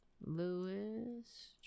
Lewis